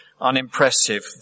unimpressive